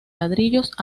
ladrillos